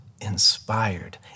inspired